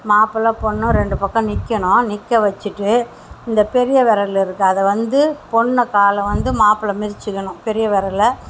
மாப்பிள பொண்ணு ரெண்டு பக்கமும் நிற்கணும் நிற்க வச்சுட்டு இந்த பெரிய விரலுருக்கு அதை வந்து பொண்ணு காலை வந்து மாப்பிள மிதிச்சுக்கணும் பெரிய விரல